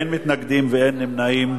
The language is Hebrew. אין מתנגדים, אין נמנעים.